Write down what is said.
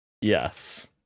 Yes